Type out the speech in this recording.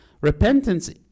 Repentance